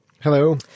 Hello